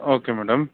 okay madam